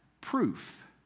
proof